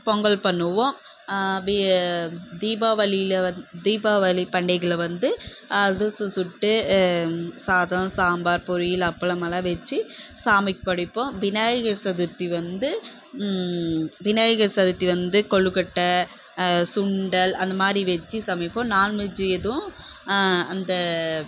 பொங்கல் பண்ணுவோம் தீபாவளியில் வந் தீபாவளி பண்டிகையில் வந்து அதுரசம் சுட்டு சாதம் சாம்பார் பொரியல் அப்பளம் எல்லாம் வைச்சு சாமிக்கு படைப்போம் விநாயகர் சதுர்த்தி வந்து விநாயகர் சதுர்த்தி வந்து கொழுக்கட்டை சுண்டல் அந்த மாதிரி வெஜ்ஜு சமைப்போம் நான் வெஜ்ஜு எதுவும் அந்த